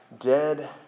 dead